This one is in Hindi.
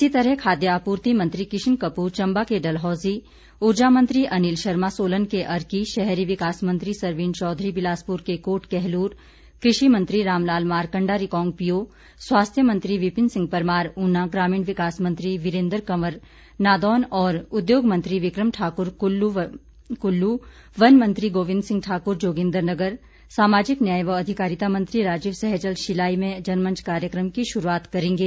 इसी तरह खाद्य आपूर्ति मंत्री किशन कपूर चंबा के डलहौजी उर्जा मंत्री अनील शर्मा सोलन के अर्की शहरी विकास मंत्री सरवीण चौधरी विलासपुर के कोट कहलूर कृषि मंत्री रामलाल मारकंडा रिकांगपिओं स्वास्थ्य मंत्री विपिन सिंह परमार ऊना ग्रामीण विकास मंत्री वीरेंद्र कंवर नादौन और उद्योग मंत्री विकम ठाकुर कुल्लू वन मंत्री गोविंद सिंह ठाकुर जोगिंदरनगर सामाजिक न्याय व अधिकारिता मंत्री राजीव सैहजल शिलाई में जनमंच कार्यक्रम की शुरूआत करेंगे